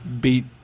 beat